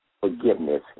forgiveness